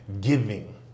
giving